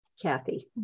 Kathy